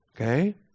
Okay